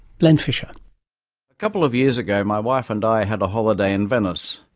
len fisher a couple of years ago my wife and i had a holiday in venice.